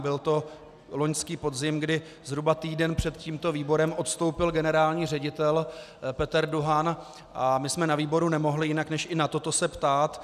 Byl to loňský podzim, kdy zhruba týden před tímto výborem odstoupil generální ředitel Peter Duhan, a my jsme na výboru nemohli jinak než i na toto se ptát.